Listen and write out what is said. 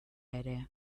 ere